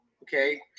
Okay